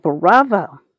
bravo